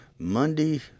Monday